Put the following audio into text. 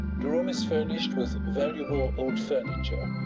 the room is furnished with valuable old furniture,